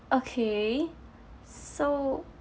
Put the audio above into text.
okay so